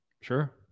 Sure